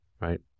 right